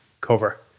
cover